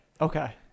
okay